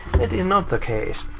it is not the case.